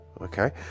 Okay